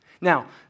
Now